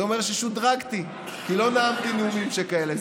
זה אומר ששודרגתי, כי לא נאמתי נאומים שכאלה.